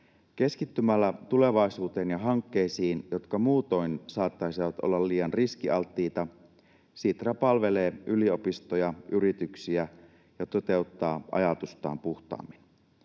Keskittymällä tulevaisuuteen ja hankkeisiin, jotka muutoin saattaisivat olla liian riskialttiita, Sitra palvelee yliopistoja ja yrityksiä ja toteuttaa ajatustaan puhtaammin.